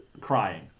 crying